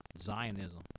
Zionism